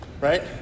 right